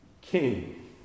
king